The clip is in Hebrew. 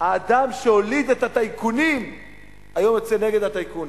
האדם שהוליד את הטייקונים היום יוצא נגד הטייקונים.